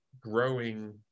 growing